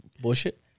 bullshit